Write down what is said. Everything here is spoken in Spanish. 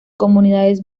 comunidades